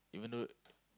even though